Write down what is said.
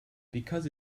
because